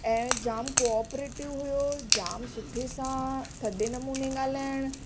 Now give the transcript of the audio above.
ऐं जाम कोऑप्रेटिव हुओ जाम सुठे सां थधे नमूने ॻाल्हाइणु